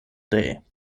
day